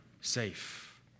safe